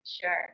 Sure